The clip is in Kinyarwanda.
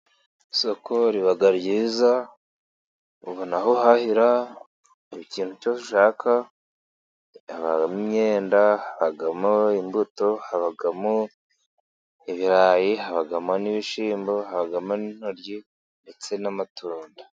Isoko riba ryiza, ubona aho uhahira, ikintu cyose ushaka habamo imyenda, habamo imbuto, habamo ibirayi, habamo n'ibishimbo, habamo n'intoryi ndetse n'amatunda.